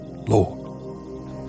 lord